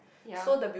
ya